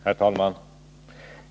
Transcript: Herr talman!